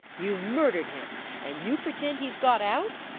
you've murdered him, and you pretend he's got out?